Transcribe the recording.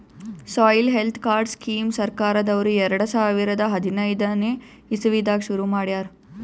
soil health card scheme ಸರ್ಕಾರ್ದವ್ರು ಎರಡ ಸಾವಿರದ್ ಹದನೈದನೆ ಇಸವಿದಾಗ ಶುರು ಮಾಡ್ಯಾರ್